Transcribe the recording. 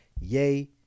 yay